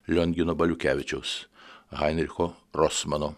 liongino baliukevičiaus heinricho rosmano